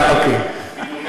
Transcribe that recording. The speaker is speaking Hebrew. אוקיי.